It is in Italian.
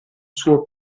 suo